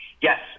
Yes